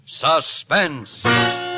Suspense